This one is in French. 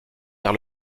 vers